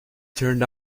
turned